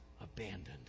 abandoned